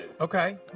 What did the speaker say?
Okay